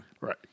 Right